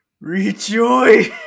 Rejoice